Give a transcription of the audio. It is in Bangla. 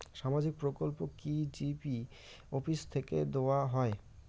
সামাজিক প্রকল্প কি জি.পি অফিস থেকে দেওয়া হয়?